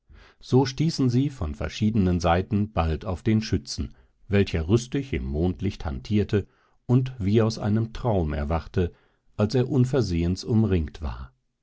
so stießen sie von verschiedenen seiten bald auf den schützen welcher rüstig im mondlicht hantierte und wie aus einem traum erwachte als er unversehens umringt war